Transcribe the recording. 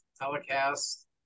telecast